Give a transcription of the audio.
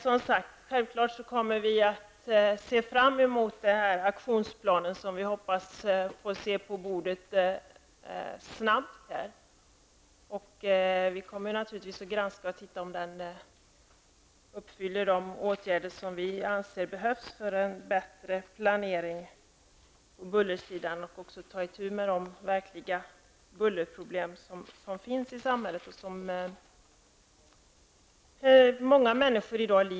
Som sagt, självfallet kommer vi att se fram emot denna aktionsplan, som vi hoppas att snabbt få se på riksdagens bord.